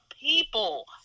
People